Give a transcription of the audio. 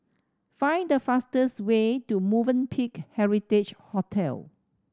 find the fastest way to Movenpick Heritage Hotel